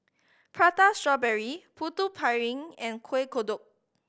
Prata Strawberry Putu Piring and Kueh Kodok